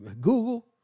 Google